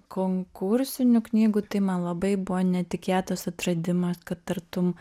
konkursinių knygų tai man labai buvo netikėtas atradimas kad tartum